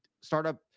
startup